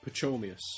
Pachomius